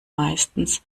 meistens